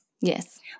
Yes